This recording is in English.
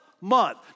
month